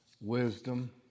wisdom